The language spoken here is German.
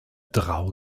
drau